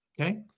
Okay